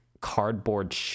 cardboard